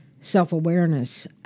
self-awareness